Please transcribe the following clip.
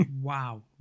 Wow